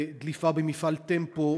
הדליפה במפעל "טמפו",